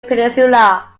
peninsula